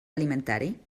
alimentari